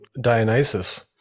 Dionysus